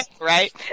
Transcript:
right